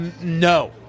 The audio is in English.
no